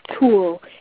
tool